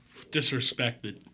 Disrespected